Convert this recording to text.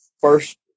first